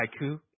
Haiku